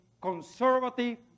conservative